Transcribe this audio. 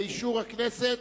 באישור הכנסת,